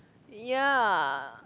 ya